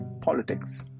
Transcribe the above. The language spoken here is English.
politics